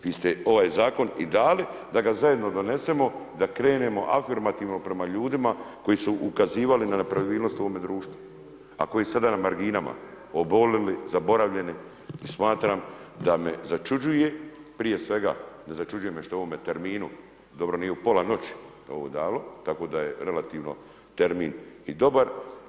Vi ste ovaj Zakon i dali da ga zajedno donesemo, da krenemo afirmativno prema ljudima koji su ukazivali na nepravilnost u ovome društvu, a koji su sada na marginama, oboljeli, zaboravljeni i smatram da me začuđuje, prije svega začuđuje me što u ovome terminu, dobro nije u pola noći, ovo dalo, tako da je relativno termin i dobar.